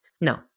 no